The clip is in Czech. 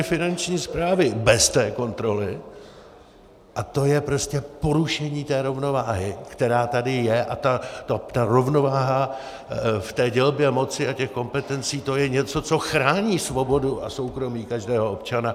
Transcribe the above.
Finanční správy bez té kontroly a to je prostě porušení té rovnováhy, která tady je, a ta rovnováha v té dělbě moci a těch kompetencí, to je něco, co chrání svobodu a soukromí každého občana.